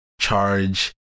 charge